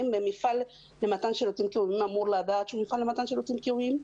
ומפעל למתן שירותים קיומיים אמור לדעת שהוא מפעל למתן שירותים קיומיים.